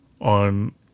on